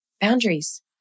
boundaries